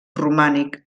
romànic